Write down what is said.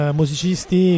musicisti